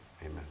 amen